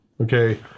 Okay